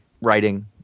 writing